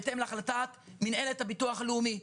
בהתאם להחלטת מנהלת הביטוח הלאומי,